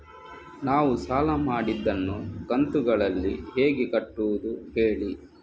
ನಾವು ಸಾಲ ಮಾಡಿದನ್ನು ಕಂತುಗಳಲ್ಲಿ ಹೇಗೆ ಕಟ್ಟುದು ಹೇಳಿ